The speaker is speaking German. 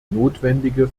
notwendige